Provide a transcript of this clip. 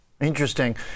interesting